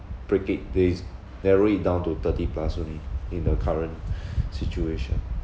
break it they they wrote it down to thirty plus only in the current situation